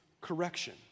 correction